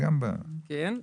כן.